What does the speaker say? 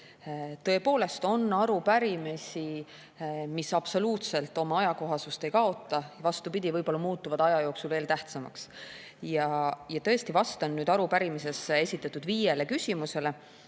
Tõepoolest on arupärimisi, mis absoluutselt oma ajakohasust ei kaota, vastupidi, võib-olla muutuvad aja jooksul veel tähtsamaks. Vastan nüüd arupärimises esitatud viiele küsimusele.